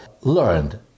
learned